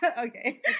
Okay